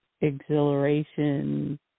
Exhilaration